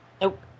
Nope